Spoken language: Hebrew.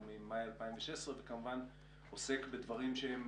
הוא ממאי 2016 וכמובן עוסק בדברים שהם